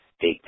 big